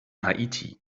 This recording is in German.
haiti